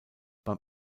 beim